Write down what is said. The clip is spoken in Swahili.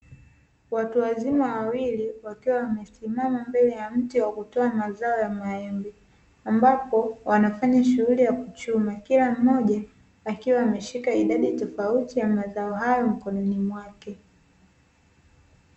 Watu wazima wawili wakiwa wamesima mbele ya mti wa kutoa mazao ya maembe ambapo wanafanya shughuli ya kuchuma kila mmoja akiwa ameshika idadi tofauti ya mazao hayo mkononi mwake.